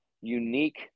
unique